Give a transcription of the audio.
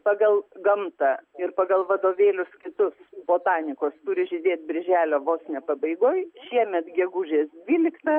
pagal gamtą ir pagal vadovėlius kitus botanikos turi žydėt birželio vos ne pabaigoj šiemet gegužės dvyliktą